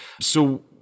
So-